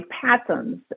patterns